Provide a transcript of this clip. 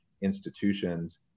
institutions